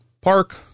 park